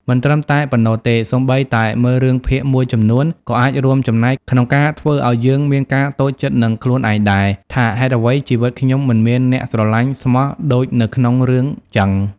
មិនត្រឹមតែប៉ុណ្ណោះទេសូម្បីតែមើលរឿងភាគមួយចំនួនក៏អាចរួមចំណែកក្នុងការធ្វើអោយយើងមានការតូចចិត្តនឹងខ្លួនឯងដែរ ថាហេតុអ្វីជីវិតខ្ញុំមិនមានអ្នកស្រលាញ់ស្មោះដូចនៅក្នុងរឿងចឹង ។